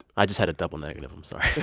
i just had a double negative. i'm sorry